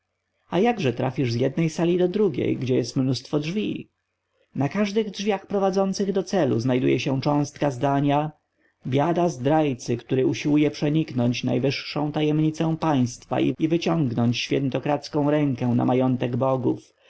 jakże trafisz z jednej sali do drugiej gdzie jest mnóstwo drzwi na każdych drzwiach prowadzących do celu znajduje się cząstka zdania biada zdrajcy który usiłuje przeniknąć najwyższą tajemnicę państwa i wyciągnąć świętokradzką rękę na majątek bogów